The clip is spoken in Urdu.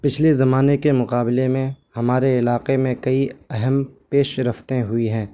پچھلے زمانے کے مقابلے میں ہمارے علاقے میں کئی اہم پیش رفت ہوئی ہیں